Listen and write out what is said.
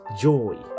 joy